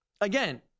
Again